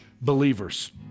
believers